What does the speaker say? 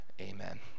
Amen